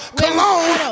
cologne